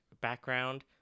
background